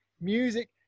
Music